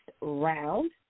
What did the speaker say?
round